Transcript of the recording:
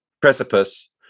precipice